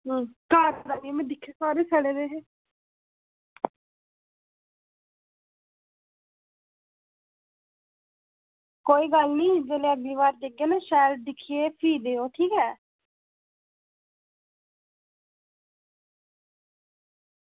घर बी दिक्खे में सारे सड़े दे हे कोई गल्ल निं अगली बार शैल दिक्खियै भी देओ